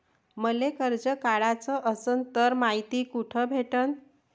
मले कर्ज काढाच असनं तर मायती कुठ भेटनं?